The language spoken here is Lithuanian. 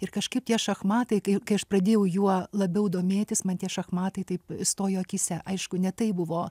ir kažkaip tie šachmatai kaip kai aš pradėjau juo labiau domėtis man tie šachmatai taip išstojo akyse aišku ne tai buvo